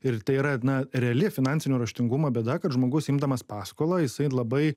ir tai yra na reali finansinio raštingumo bėda žmogus imdamas paskolą jisai labai